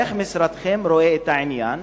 איך משרדכם רואה את העניין,